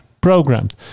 programmed